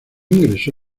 ingresó